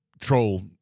troll